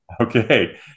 Okay